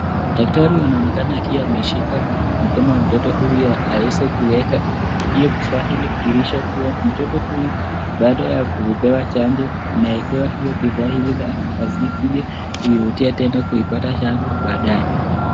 Daktari anaonekana akiwa ameshika mkono ya mtoto huyu, aweze kuweka hiyo kifaa ili kudhihirisha kuwa mtoto huyu baada ya kupewa chanjo anawekewa hiyo kifaa ili asikuje kutudia kuipata chanjo baadaye.